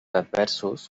adversos